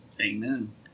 Amen